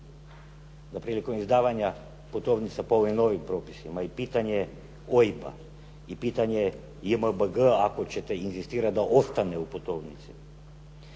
da prilikom izdavanja putovnica po ovim novim propisima i pitanje je OIB-a i pitanje je JMBG-a ako ćete inzistirati da ostane u putovnici,